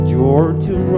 Georgia